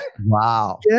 Wow